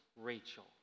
Rachel